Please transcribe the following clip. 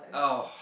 oh